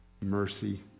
mercy